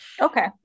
Okay